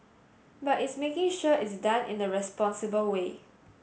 but it's making sure it's done in a responsible way